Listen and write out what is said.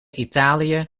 italië